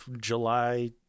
july